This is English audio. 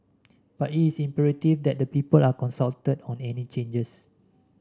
but is imperative that the people are consulted on any changes